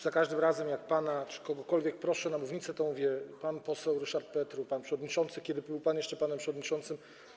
Za każdym razem, jak pana czy kogokolwiek proszę na mównicę, mówię: pan poseł Ryszard Petru, pan przewodniczący, kiedy był pan jeszcze panem przewodniczącym.